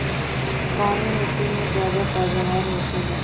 कवने मिट्टी में ज्यादा पैदावार होखेला?